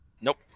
Nope